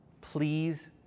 Please